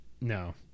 no